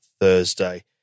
Thursday